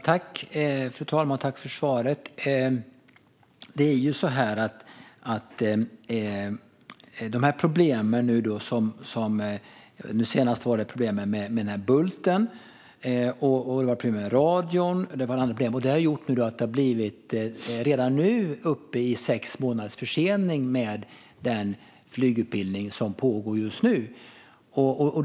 Fru talman! Tack för svaret, försvarsministern! När det gäller SK 60 har det under det senaste året varit problem med bulten, med radion och med annat. Det har gjort att man redan är uppe i sex månaders försening med den flygutbildning som pågår just nu.